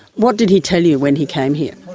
what did he tell you when he came here?